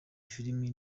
filime